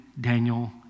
Daniel